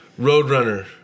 Roadrunner